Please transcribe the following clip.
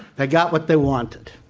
they got what they wanted,